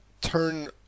turn